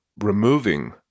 removing